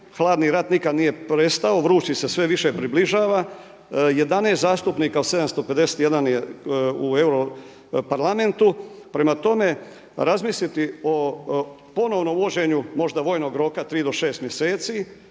hladni rat nikad nije prestao, vrući se sve više približava. 11 zastupnika od 751 je u Europarlamentu. Prema tome, razmisliti o ponovnom uvođenju možda vojnog roka 3 do 6 mjeseci